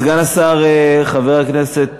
סגן השר חבר הכנסת